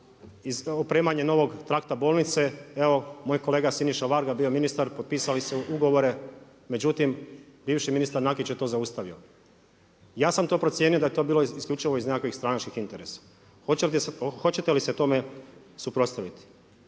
za opremanje novog trakta bolnice evo moj kolega Siniša Varga bio je ministar, potpisali su ugovore, međutim bivši ministar Nakić je to zaustavio. Ja sam to procijenio da je to bilo isključivo iz nekakvih stranačkih interesa. Hoćete li se tome suprotstaviti?